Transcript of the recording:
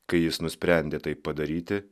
kai jis nusprendė tai padaryti